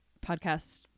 podcast